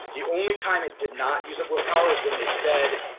the only time it did not use up willpower is when they said.